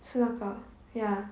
是那个 ya